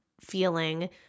feeling